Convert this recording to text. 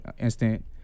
instant